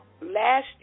last